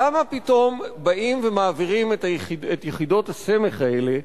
למה פתאום באים ומעבירים את יחידות הסמך האלה,